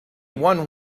one